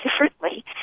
differently